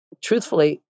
truthfully